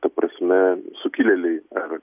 ta prasme sukilėliai ar